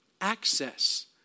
access